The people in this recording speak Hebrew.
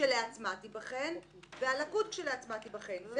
כשלעצמה תיבחן והלקות כשלעצמה תיבחן.